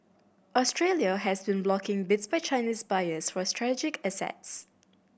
Australia has been blocking bids by Chinese buyers for strategic assets